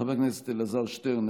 חבר הכנסת אלעזר שטרן,